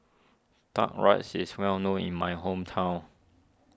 Duck Rice is well known in my hometown